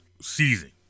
season